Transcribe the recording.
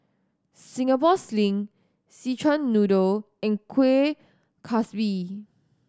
Singapore Sling Szechuan Noodle and Kueh Kaswi